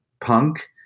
punk